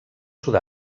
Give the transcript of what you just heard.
sud